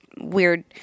weird